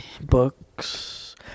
books